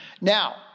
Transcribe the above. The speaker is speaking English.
Now